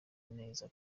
neza